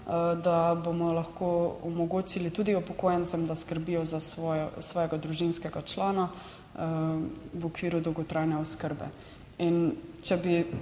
da bomo lahko omogočili tudi upokojencem, da skrbijo za svojega družinskega člana v okviru dolgotrajne oskrbe.